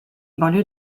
banlieue